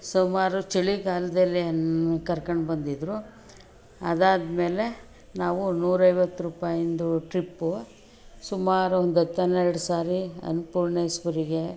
ಸುಮಾರು ಚಳಿಗಾಲದಲ್ಲಿ ಕರ್ಕೊಂಡು ಬಂದಿದ್ದರು ಅದಾದ್ಮೇಲೆ ನಾವು ನೂರೈವತ್ತು ರೂಪಾಯಿಂದು ಟ್ರಿಪ್ಪು ಸುಮಾರೊಂದು ಹತ್ತು ಹನ್ನೆರಡು ಸಾರಿ ಅನ್ನಪೂರ್ಣೇಶ್ವರಿಗೆ